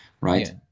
right